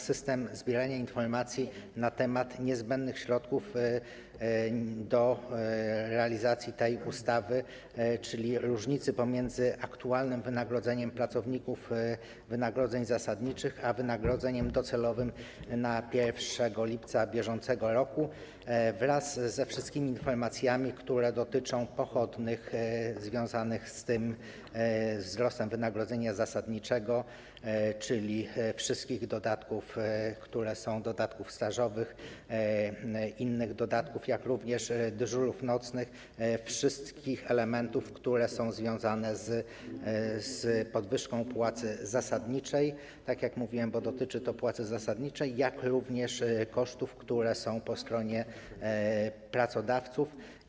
System zbierania informacji na temat niezbędnych środków do realizacji tej ustawy, czyli różnicy pomiędzy aktualnym wynagrodzeniem pracowników wynagrodzeń zasadniczych a wynagrodzeniem docelowym na 1 lipca br. wraz ze wszystkimi informacjami, które dotyczą pochodnych związanych z tym wzrostem wynagrodzenia zasadniczego, czyli wszystkich dodatków, dodatków stażowych, innych dodatków, jak również dyżurów nocnych - wszystkich elementów, które są związane z podwyżką płacy zasadniczej, tak jak mówiłem, bo dotyczy to płacy zasadniczej, jak również kosztów, które są po stronie pracodawców.